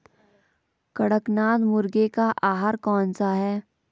कड़कनाथ मुर्गे का आहार कौन सा है?